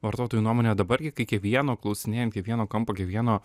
vartotojų nuomonę dabar gi kai kiekvieno klausinėja ant kiekvieno kampo kiekvieno